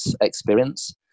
experience